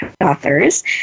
authors